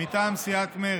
מטעם סיעת מרצ.